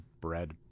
bread